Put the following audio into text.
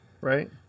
Right